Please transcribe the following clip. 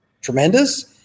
tremendous